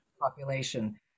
population